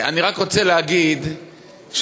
אני רק רוצה להגיד שזה,